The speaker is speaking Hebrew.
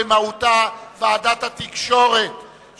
התש"ע 2009,